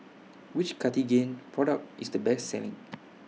Which Cartigain Product IS The Best Selling